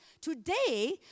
Today